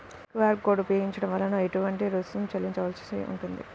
QR code ఉపయోగించటం వలన ఏటువంటి రుసుం చెల్లించవలసి ఉంటుంది?